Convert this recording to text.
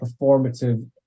performative